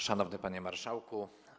Szanowny Panie Marszałku!